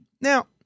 Now